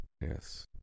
Yes